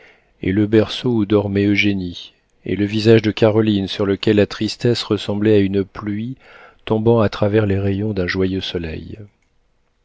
et le berceau où dormait eugénie et le visage de caroline sur lequel la tristesse ressemblait à une pluie tombant à travers les rayons d'un joyeux soleil